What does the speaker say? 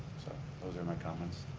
so those are my comments.